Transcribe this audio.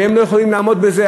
והם לא יכולים לעמוד בזה,